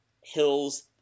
hills